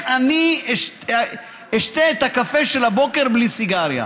אני אשתה את הקפה של הבוקר בלי סיגריה?